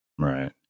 Right